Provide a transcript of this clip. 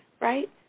right